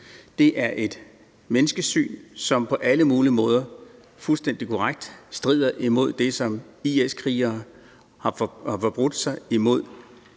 Det er et menneskesyn, som på alle mulige måder fuldstændig korrekt strider imod det, som IS-krigerne har. IS-krigerne